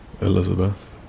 Elizabeth